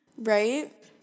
Right